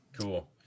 Cool